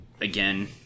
again